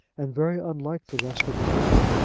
and very unlike the rest of the world.